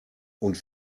und